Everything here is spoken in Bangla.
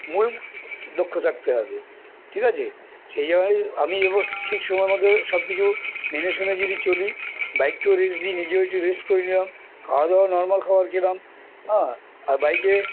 মূল লক্ষ থাকতে হবে ঠিক আছে সেই জন্যই আমি এবার ঠিক সময় মতো সব কিছু মেনে শুনে যদি চলি বাইককেও রেস্ট দিই নিজে একটি রেস্ট করে নিলাম খাওয়া দাওয়া নর্মাল খাওয়ার খেলাম হ্যাঁ আর বাইকে